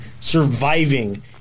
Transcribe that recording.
surviving